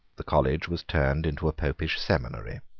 the college was turned into a popish seminary.